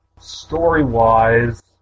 story-wise